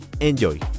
Enjoy